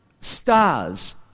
Stars